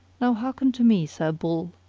now hearken to me, sir bull!